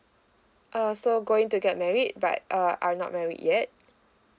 err so going to get married but uh are not married yet